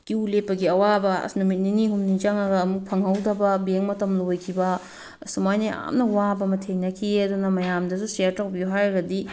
Q ꯂꯦꯞꯄꯒꯤ ꯑꯋꯥꯕ ꯑꯁ ꯅꯨꯃꯤꯠ ꯅꯤꯅꯤ ꯍꯨꯝꯅꯤ ꯆꯪꯉꯒ ꯑꯃꯨꯛ ꯐꯪꯍꯧꯗꯕ ꯕꯦꯡ ꯃꯇꯝ ꯂꯣꯏꯈꯤꯕ ꯑꯁꯨꯃꯥꯏꯅ ꯌꯥꯝꯅ ꯋꯥꯕ ꯑꯃ ꯊꯦꯡꯅꯈꯤꯑꯦ ꯑꯗꯨꯅ ꯃꯌꯥꯝꯗꯁꯨ ꯁꯦꯌ꯭ꯔ ꯇꯧꯕꯤꯌꯨ ꯍꯥꯏꯔꯗꯤ